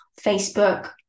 Facebook